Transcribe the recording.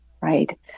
right